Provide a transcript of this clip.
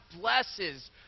blesses